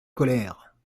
colère